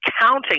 counting